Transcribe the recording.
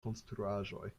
konstruaĵoj